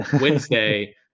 Wednesday